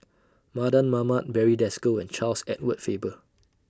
Mardan Mamat Barry Desker and Charles Edward Faber